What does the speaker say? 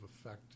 effect